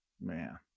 Man